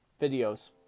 videos